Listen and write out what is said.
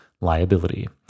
liability